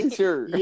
sure